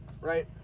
right